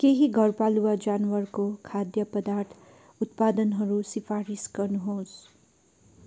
केही घरपालुवा जनावरको खाद्य पदार्थ उत्पादनहरू सिफारिस गर्नुहोस्